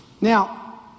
Now